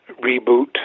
reboot